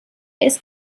ist